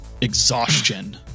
exhaustion